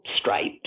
stripes